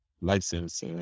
license